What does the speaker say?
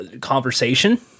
Conversation